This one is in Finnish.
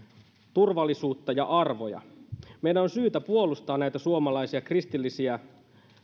turvallisuutta ja arvoja meidän on syytä puolustaa näitä suomalaisia kristillisiä